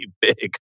big